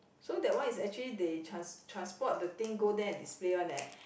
so that one it's actually they trans~ transport the thing go there and display one leh